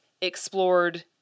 explored